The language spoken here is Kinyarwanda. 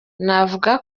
navuga